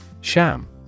SHAM